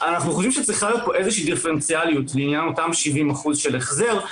אנחנו חושבים שצריכה להיות איזושהי דיפרנציאליות לאותם 70% החזר.